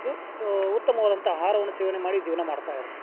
ಉ ಉತ್ತಮವಾದಂಥ ಆಹಾರವನ್ನು ಸೇವನೆ ಮಾಡಿ ಜೀವನ ಮಾಡ್ತಾಯಿದ್ರ್